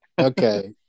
Okay